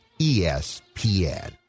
ESPN